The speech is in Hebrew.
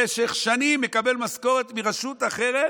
במשך שנים מקבל משכורת מרשות אחרת,